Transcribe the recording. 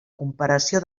comparació